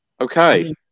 Okay